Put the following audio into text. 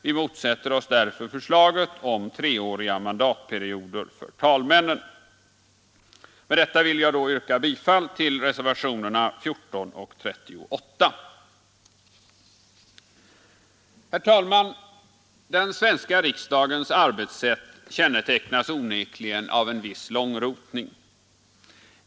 Vi motsätter oss därför förslaget om treåriga mandatperioder för talmännen. Med detta vill jag yrka bifall till reservationerna 14 och 38. Herr talman! Den svenska riksdagens arbetssätt kännetecknas onekligen av en viss långrotning.